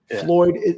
Floyd